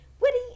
Witty